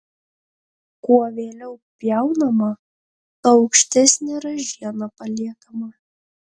kuo vėliau pjaunama tuo aukštesnė ražiena paliekama